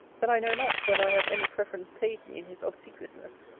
that i know not whether i have any preference paid me in his obsequiousness.